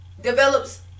develops